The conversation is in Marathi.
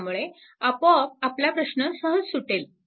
त्यामुळे आपोआप आपला प्रश्न सहज सुटेल